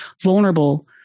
vulnerable